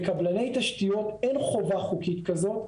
בקבלני תשתיות אין חובה חוקית כזאת,